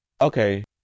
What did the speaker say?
Okay